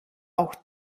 auch